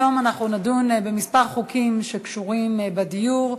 היום אנחנו נדון במספר חוקים שקשורים בדיור,